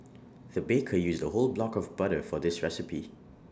the baker used A whole block of butter for this recipe